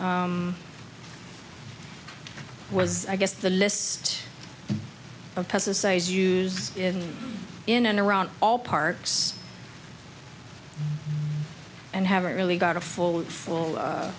was i guess the list of pesticides use in in and around all parks and haven't really got a full full